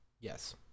Yes